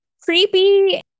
creepy